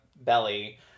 belly